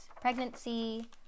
pregnancy